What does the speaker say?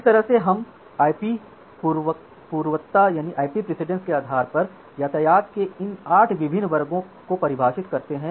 इस तरह से हम आईपी पूर्वता के आधार पर यातायात के इन 8 विभिन्न वर्गों को परिभाषित करते हैं